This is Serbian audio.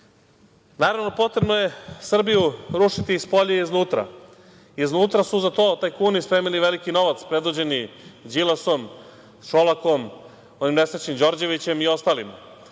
klupe. Naravno, potrebno je Srbiju rušiti i spolja i iznutra. Iznutra su za to tajkuni spremili veliki novac, predvođeni Đilasom, Šolakom, onim nesrećnim Đorđevićem, i ostalima.